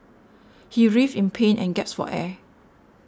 he writhed in pain and gasped for air